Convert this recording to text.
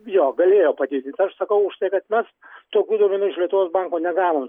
jo galėjo padidint aš sakau už tai kad mes tokių dovanų iš lietuvos banko negavom